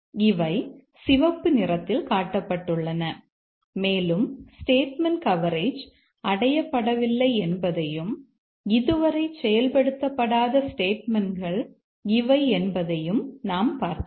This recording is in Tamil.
இவை சிவப்பு நிறத்தில் காட்டப்பட்டுள்ளன மேலும் ஸ்டேட்மெண்ட் கவரேஜ் அடையப்படவில்லை என்பதையும் இதுவரை செயல்படுத்தப்படாத ஸ்டேட்மெண்ட்கள் இவை என்பதையும் நாம் பார்க்கலாம்